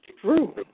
true